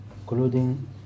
including